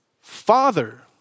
Father